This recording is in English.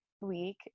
week